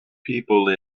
people